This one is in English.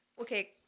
Okay